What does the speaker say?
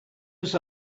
was